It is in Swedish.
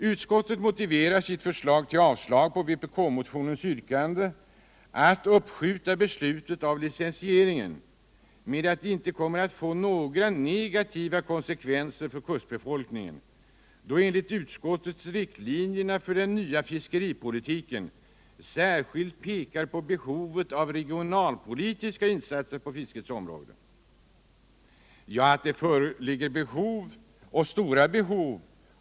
Utskottet motiverar sitt avstyrkande av vpk-motionens yrkande om att beslutet om licensiering av yrkesfisket skall uppskjutas med att det inte kommer att få några negativa konsekvenser för kustbefolkningen, då enligt utskottet riktlinjerna för den nya fiskeripolitiken särskilt pekar på behovet av regionalpolitiska insatser på fiskets område. Att det föreligger behov — och stora behov!